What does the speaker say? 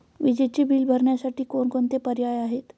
विजेचे बिल भरण्यासाठी कोणकोणते पर्याय आहेत?